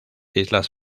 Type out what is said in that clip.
islas